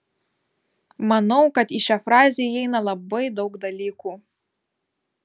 manau kad į šią frazę įeina labai daug dalykų